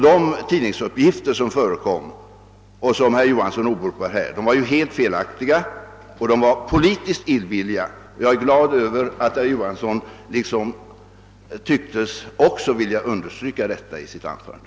De tidningsuppgifter som förekommit och som åberopades av herr Johansson i Växjö var ju helt felaktiga och politiskt illvilliga. Jag är glad över att herr Johansson tycktes vilja understryka detta i sitt anförande.